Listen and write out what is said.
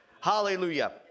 Hallelujah